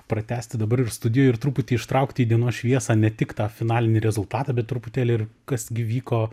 pratęsti dabar ir studijoj ir truputį ištraukti į dienos šviesą ne tik tą finalinį rezultatą bet truputėlį ir kas gi vyko